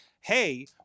Hey